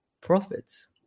profits